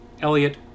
Elliot